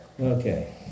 Okay